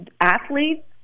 athletes